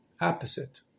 Opposite